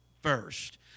first